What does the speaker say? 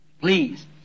Please